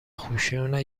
خشونت